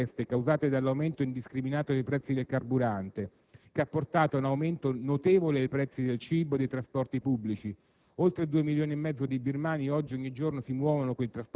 Soffre della repressione spietata scatenata dopo le recenti proteste causate dall'aumento indiscriminato dei prezzi del carburante, che ha portato all'aumento notevole dei prezzi del cibo e dei trasporti pubblici.